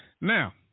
now